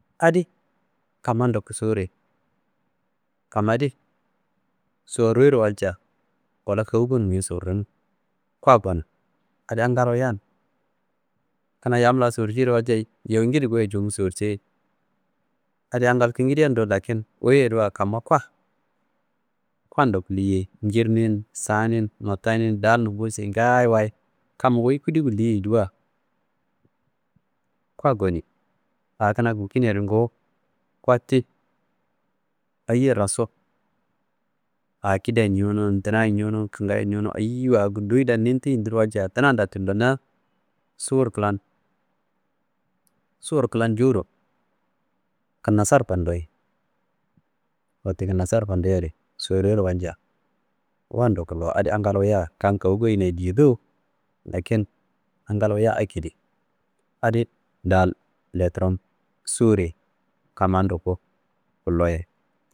Adi kamma ndaku sorre kamma di soriro walcia wala kowu gono miyo sorronu koa gono adi angal wuyan. Kuna yam la sorceiro walciya yowungide goyo congu sorceyi adi angal kengidan do lakin wuyi yediwa kamma kua ndoku liyei njirni n sani n notani n daali foseayi ngaayiwayi kam wuyi kude guliyiyediwa koa goni. A kuna gulkinayedi gowu kua ti ayiye rasu a kidaye n ñonowu dinaye n ñonowu kingayiye n ñonowu ayiwa a gundoye ni- n ti- n yindiro walci duna nda tullona sor klan. Sor klan jowuro kinnasar fandoyi wette kinnasr fandoyiyadi sorroyiro walcia wa ndoku lo adi angal wuya kan kowu goyinaye diye do lakin angal wuya ekedi. Adi daal leturom sorre kamma ndoku kuloye